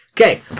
Okay